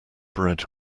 bread